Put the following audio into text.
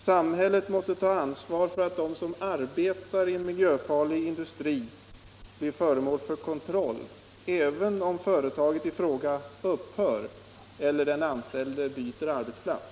Samhället måste ta ansvar för att de som arbetar i en miljöfarlig industri blir föremål för kontroll, även om företaget i fråga upphör eller den anställde byter arbetsplats.